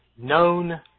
known